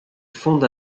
fonde